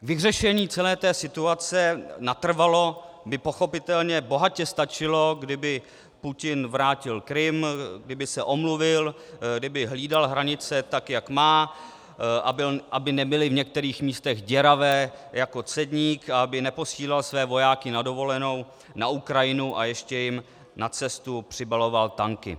K vyřešení celé té situace natrvalo by pochopitelně bohatě stačilo, kdyby Putin vrátil Krym, kdyby se omluvil, kdyby hlídal hranice tak, jak má, aby nebyly v některých místech děravé jako cedník, a aby neposílal své vojáky na dovolenou na Ukrajinu a ještě jim na cestu přibaloval tanky.